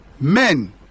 Men